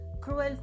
cruel